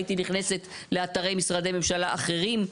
הייתי נכנסת לאתרי משרדי ממשלה אחרים,